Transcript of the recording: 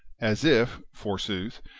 as if, forsooth,